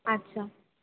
আচ্ছা